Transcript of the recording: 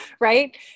right